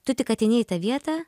tu tik ateini į tą vietą